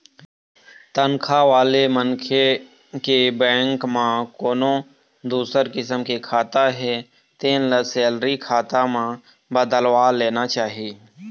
तनखा वाले मनखे के बेंक म कोनो दूसर किसम के खाता हे तेन ल सेलरी खाता म बदलवा लेना चाही